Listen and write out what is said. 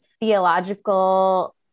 theological